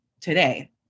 today